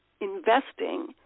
investing